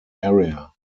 area